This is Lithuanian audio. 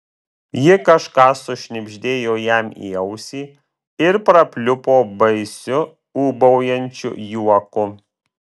ji kažką sušnibždėjo jam į ausį ir prapliupo baisiu ūbaujančiu juoku